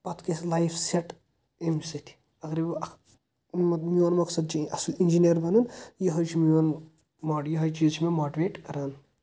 پتہٕ گژھہِ life set امہِ سۭتۍ اگرے بہٕ اکھ میون مقصد چھُ یہِ اصل انجینیر بنُن یِہے چھُ میون ماٹِ یہے چیٖز چھُ مےٚ ماٹِویٹ کران